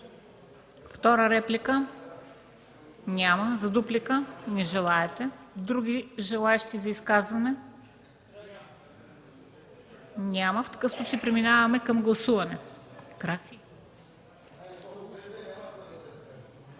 Втора реплика? Няма. Дуплика? Не желаете. Други желаещи за изказвания? Няма. Преминаваме към гласуване.